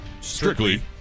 strictly